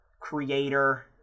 creator